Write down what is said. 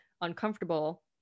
uncomfortable